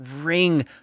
ring